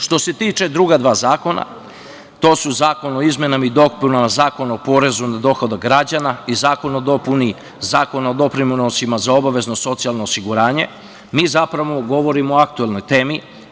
Što se tiče druga dva zakona, to su Zakon o izmenama i dopunama Zakona o porezu na dohodak građana i Zakon o dopuni Zakona o doprinosima za obavezno socijalno osiguranje, mi zapravo govorimo o aktuelnoj temi.